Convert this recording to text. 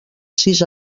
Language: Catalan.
sis